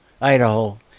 Idaho